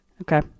Okay